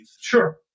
Sure